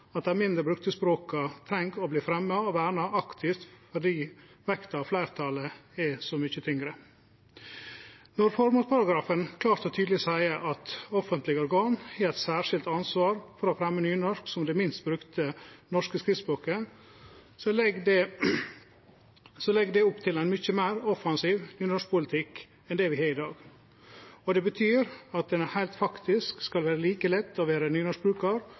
verna aktivt fordi vekta av fleirtalet er så mykje tyngre. Når føremålsparagrafen klart og tydeleg seier at offentlege organ har eit særskilt ansvar for å fremje nynorsk som det minst brukte språket, legg det opp til ein mykje meir offensiv nynorskpolitikk enn det vi har i dag. Det betyr at det reint faktisk skal vere like lett å vere nynorskbrukar